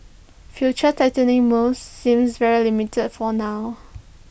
future tightening moves seems very limited for now